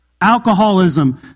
alcoholism